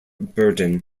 burdon